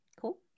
Cool